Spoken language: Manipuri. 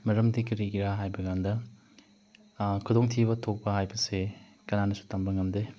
ꯃꯔꯝꯗꯤ ꯀꯔꯤꯒꯤꯔꯥ ꯍꯥꯏꯕꯀꯥꯟꯗ ꯈꯨꯗꯣꯡ ꯊꯤꯕ ꯊꯣꯛꯄ ꯍꯥꯏꯕꯁꯦ ꯀꯅꯥꯅꯁꯨ ꯇꯝꯕ ꯉꯝꯗꯦ